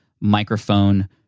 microphone